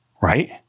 right